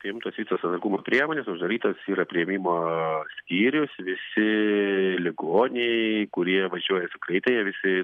priimtos visos atsargumo priemonės uždarytas yra priėmimo skyrius visi ligoniai kurie važiuoja su greitąja visi